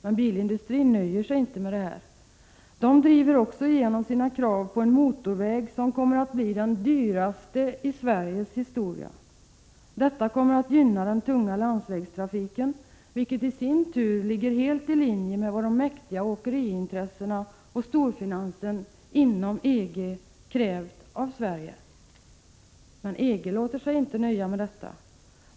Men bilindustrin nöjer sig inte med detta utan driver också igenom sina krav på en motorväg som kommer att bli den dyraste i Sveriges historia. Detta kommer att gynna den tunga landsvägstrafiken, vilket i sin tur ligger helt i linje med vad de mäktiga åkeriintressena och storfinansen inom EG krävt av Sverige. EG låter sig emellertid inte nöja med detta.